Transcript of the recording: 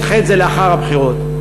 נדחה את זה לאחר הבחירות.